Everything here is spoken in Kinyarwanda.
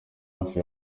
hafi